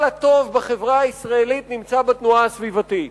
כל הטוב בחברה הישראלית נמצא בתנועה הסביבתית.